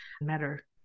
matter